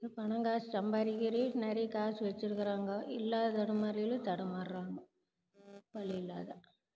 பணம் காசு சம்பாதிக்கரியே நிறைய காசு வச்சிருக்குறாங்க இல்லாத தடுமாறுகிறாங்க வழியில்லாத